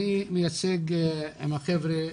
אני מייצג עם החבר'ה,